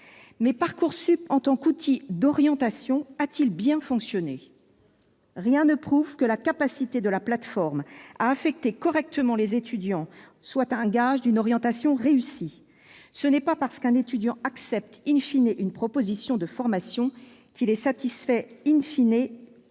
mais Parcoursup, en tant qu'outil d'orientation, a-t-il bien fonctionné ? Bonne question ! Rien ne prouve que la capacité de la plateforme à affecter correctement les étudiants soit un gage d'une orientation réussie. Ce n'est pas parce qu'un candidat accepte,, une proposition de formation qu'il est satisfait de